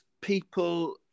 people